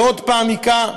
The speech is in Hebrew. ועוד פעם הכה,